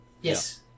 Yes